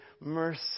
mercy